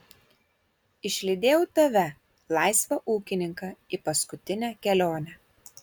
išlydėjau tave laisvą ūkininką į paskutinę kelionę